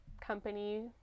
company